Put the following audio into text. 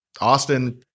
Austin